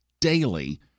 daily